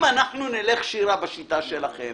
אם נלך, שירה, בשיטה שלכם